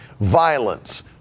violence